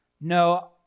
No